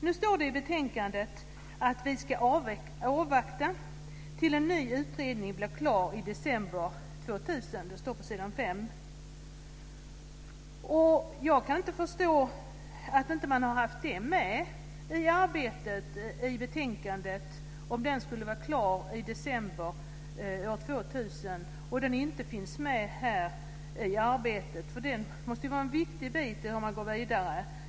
Nu står det i betänkandet att vi ska avvakta till dess en ny utredning blir klar i december 2000. Det står på s. 5. Jag kan inte förstå att utredningen, om den skulle vara klar i december 2000, inte har tagits med i arbetet med betänkandet i dag. Den måste vara en viktig bit innan man går vidare.